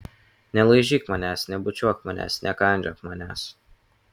nelaižyk manęs nebučiuok manęs nekandžiok manęs